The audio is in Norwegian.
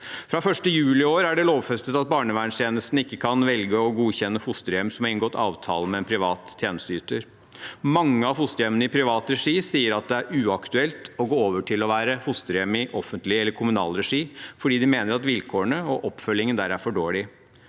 Fra 1. juli i år er det lovfestet at barnevernstjenesten ikke kan velge å godkjenne fosterhjem som har inngått avtale med en privat tjenesteyter. Mange av fosterhjemmene i privat regi sier at det er uaktuelt å gå over til å være fosterhjem i offentlig eller kommunal regi, fordi de mener at vilkårene og oppfølgingen der er for dårlig.